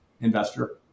investor